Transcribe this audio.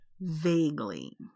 vaguely